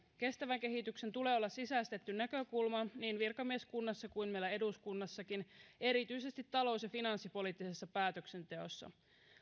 kestävän kehityksen tulee olla sisäistetty näkökulma niin virkamieskunnassa kuin meillä eduskunnassakin erityisesti talous ja finanssipoliittisessa päätöksenteossa